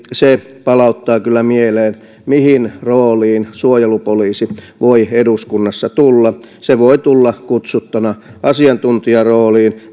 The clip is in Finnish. se palauttaa kyllä mieleen mihin rooliin suojelupoliisi voi eduskunnassa tulla se voi tulla kutsuttuna asiantuntijaroolissa